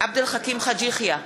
עבד אל חכים חאג' יחיא,